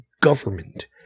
government